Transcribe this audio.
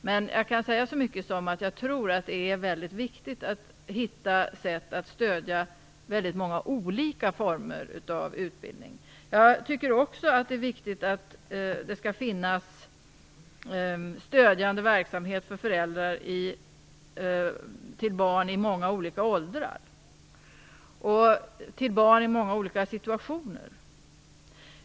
Men jag kan säga att jag tror att det är väldigt viktigt att hitta sätt att stödja väldigt många olika former av utbildning. Jag tycker också att det är viktigt att det finns stödjande verksamhet för föräldrar till barn i många olika åldrar och situationer.